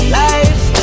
life